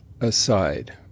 aside